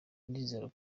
ndizera